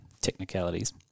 technicalities